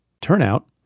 Turnout